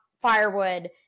firewood